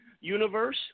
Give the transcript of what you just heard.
Universe